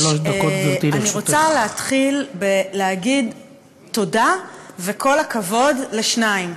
אני רוצה להתחיל בתודה וכל הכבוד לשניים.